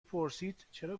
پرسیدچرا